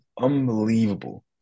unbelievable